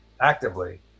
actively